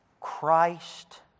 Christ